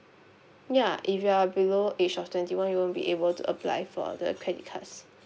ya if you are below age of twenty one you won't be able to apply for the credit cards